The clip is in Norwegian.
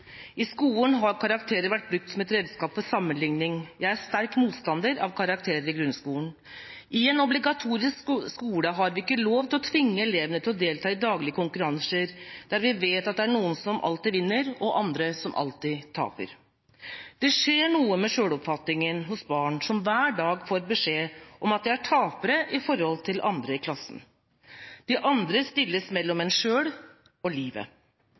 «I skolen har karakterer vært brukt som et redskap for sammenligning. Jeg er en sterk motstander av karakterer i grunnskolen. I en obligatorisk skole har vi ikke lov til å tvinge elevene til å delta i daglige konkurranser, der vi vet at det er noen som alltid vinner og andre som alltid taper. Det skjer noe med selvoppfatningen hos barn som hver dag får beskjed om at de er tapere i forhold til de andre i klassen. De andre stilles mellom en selv og livet.